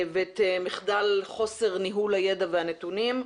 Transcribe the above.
ואת מחדל חוסר ניהול הידע והנתונים.